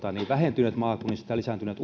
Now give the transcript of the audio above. vähentyneet maakunnista ja lisääntyneet